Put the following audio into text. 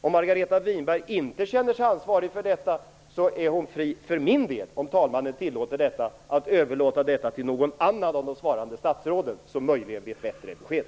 Om Margareta Winberg inte känner sig ansvarig för detta är hon för min del fri, om talmannen tillåter detta, att överlåta frågan till någon annan av de svarande statsråden som möjligen vet bättre besked.